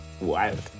wild